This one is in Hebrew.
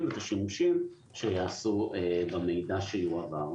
ואת השימושים שייעשו במידע שיועבר.